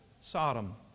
Sodom